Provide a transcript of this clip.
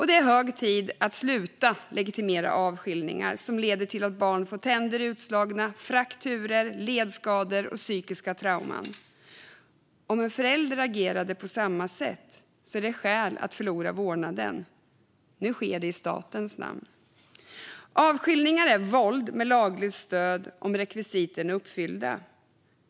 Det är hög tid att sluta legitimera avskiljningar, som leder till att barn får tänderna utslagna, frakturer, ledskador och psykiska trauman. Om en förälder agerar på samma sätt är det skäl för att förlora vårdnaden. Nu sker det i statens namn. Avskiljningar är våld med lagligt stöd om rekvisiten är uppfyllda.